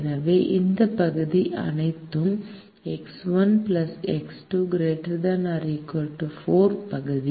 எனவே இந்த பகுதி அனைத்தும் X1 X2 ≥ 4 பகுதி